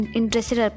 interested